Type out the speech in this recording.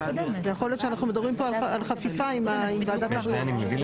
ויכול להיות שאנחנו מדברים פה על חפיפה עם ועדת הבריאות.